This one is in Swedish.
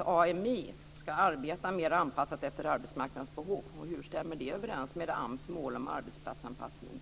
AMI ska arbeta mera anpassat efter arbetsmarknadens behov. Hur stämmer det överens med AMS mål om arbetsplatsanpassning?